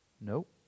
Nope